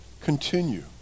continue